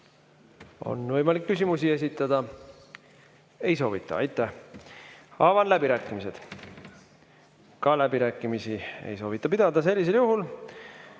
On võimalik küsimusi esitada. Ei soovita. Aitäh! Avan läbirääkimised. Ka läbirääkimisi ei soovita pidada.